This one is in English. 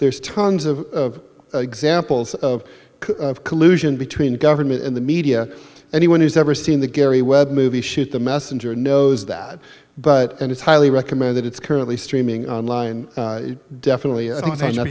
there's tons of examples of collusion between government and the media anyone who's ever seen the gary webb movie shoot the messenger knows that but and it's highly recommend that it's currently streaming online definitely i